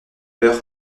peur